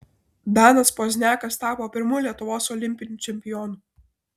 danas pozniakas tapo pirmu lietuvos olimpiniu čempionu